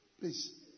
Please